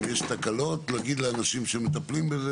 אם יש תקלות להגיד לאנשים שמטפלים בזה